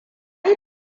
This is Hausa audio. yi